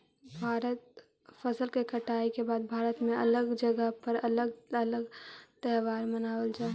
फसल के कटाई के बाद भारत में अलग अलग जगह पर अलग अलग त्योहार मानबल जा हई